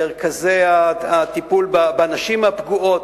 מרכזי הטיפול בנשים הפגועות,